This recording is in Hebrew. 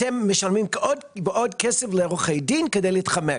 אתם משלמים עוד ועוד כסף לעורכי דין כדי להתחמק.